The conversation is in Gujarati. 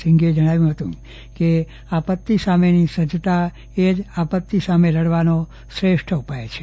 સિંઘે જણાવ્યું હતું કે આપત્તિ સામેની સજ્જતા એ જ આપત્તિ સામે લડવાનો શ્રેષ્ઠ ઉપાય છે